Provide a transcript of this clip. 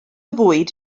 fwyd